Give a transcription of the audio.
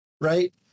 right